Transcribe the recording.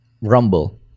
rumble